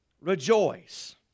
rejoice